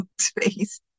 space